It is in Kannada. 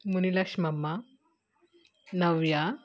ಮುನಿಲಕ್ಷ್ಮಮ್ಮ ನವ್ಯ